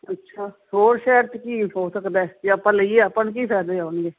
ਅੱਛਾ ਹੋਰ ਸ਼ਹਿਰ 'ਚ ਕੀ ਹੋ ਸਕਦਾ ਜੇ ਆਪਾਂ ਲਈਏ ਆਪਾਂ ਨੂੰ ਕੀ ਫਾਇਦੇ ਹੈ ਉਹਦੇ